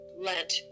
lent